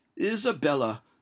Isabella